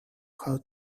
how